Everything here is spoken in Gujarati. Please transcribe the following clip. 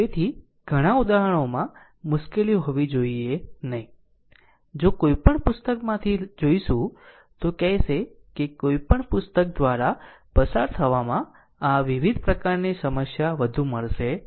તેથી ઘણાં ઉદાહરણોમાં મુશ્કેલી હોવી જોઇએ નહીં જો કોઈ પણ પુસ્તકમાંથી જોઈશું તો કહેશે કે કોઈપણ પુસ્તક દ્વારા પસાર થવામાં આ વિવિધ પ્રકારની સમસ્યા વધુ મળશે નહિ